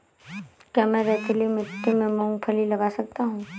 क्या मैं रेतीली मिट्टी में मूँगफली लगा सकता हूँ?